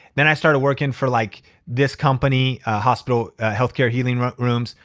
then i started working for like this company, a hospital healthcare healing rooms.